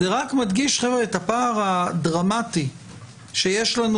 זה רק מדגיש את הפער הדרמטי שיש לנו